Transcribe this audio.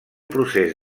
procés